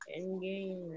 Endgame